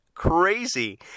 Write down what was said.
Crazy